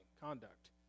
conduct